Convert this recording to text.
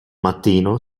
mattino